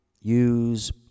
Use